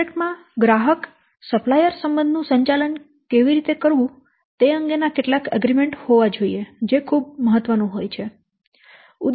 contract માં ગ્રાહક supplier સંબંધનું સંચાલન કેવી રીતે કરવું તે અંગેના કેટલાક એગ્રીમેન્ટ હોવા જોઈએ જે ખૂબ મહત્વનું હોય છે